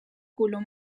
color